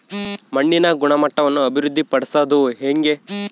ಮಣ್ಣಿನ ಗುಣಮಟ್ಟವನ್ನು ಅಭಿವೃದ್ಧಿ ಪಡಿಸದು ಹೆಂಗೆ?